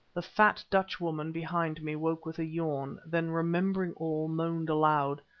the fat dutchwoman behind me woke with a yawn, then, remembering all, moaned aloud,